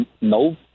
no